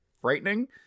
frightening